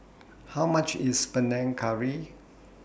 How much IS Panang Curry